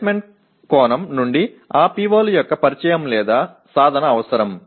placement కోణం నుండి ఆ POల యొక్క పరిచయము లేదా సాధన అవసరం